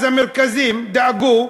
אז המרכזים דאגו,